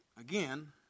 Again